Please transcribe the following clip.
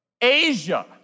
Asia